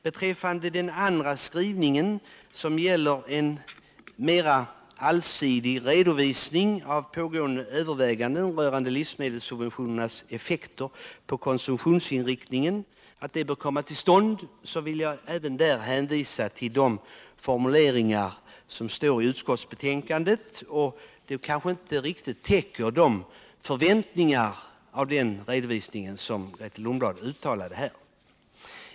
Beträffande den andra skrivningen som gäller en mera allsidig redovisning av pågående överväganden rörande livsmedelssubventionernas effekter på konsumtionsinriktningen vill jag även där hänvisa till de formuleringar som finns i utskottsbetänkandet. Det kanske inte riktigt täcker de förväntningar av redovisningen som Grethe Lundblad uttalade här.